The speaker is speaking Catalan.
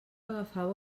agafava